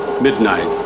midnight